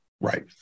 right